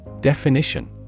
Definition